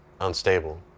unstable